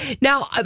now